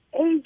age